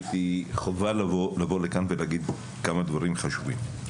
ראיתי חובה לבוא לכאן ולהגיד כמה דברים חשובים.